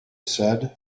said